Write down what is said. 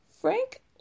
Frank